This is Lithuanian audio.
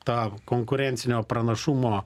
ta konkurencinio pranašumo